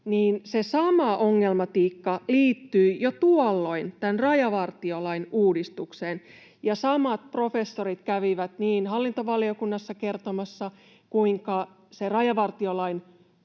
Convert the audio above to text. niin se sama ongelmatiikka liittyi jo tuolloin tämän rajavartiolain uudistukseen ja samat professorit kävivät hallintovaliokunnassa kertomassa, kuinka se rajavartiolain